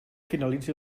finalitzi